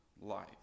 life